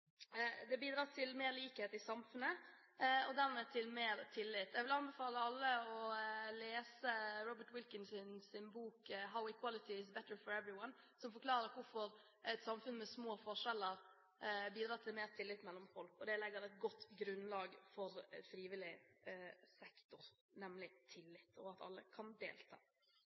Det bidrar til mer likhet i samfunnet, og dermed mer tillit. Jeg vil anbefale alle å lese Richard Wilkinsons bok «Why Equality is Better for Everyone», som forklarer hvorfor et samfunn med små forskjeller bidrar til mer tillit mellom folk. Det som legger et godt grunnlag for frivillig sektor, er nemlig tillit og det at alle kan delta.